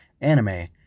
anime